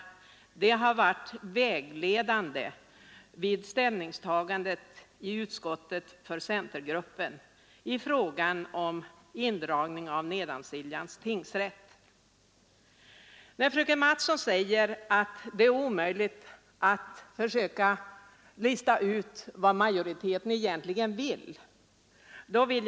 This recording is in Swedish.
Dessa synpunkter bl.a. har varit vägledande vid centergruppens ställningstagande i utskottet, i frågan om indragning av Nedansiljans tingsrätt. Fröken Mattson säger att det är omöjligt att lista ut vad majoriteten egentligen syftar till.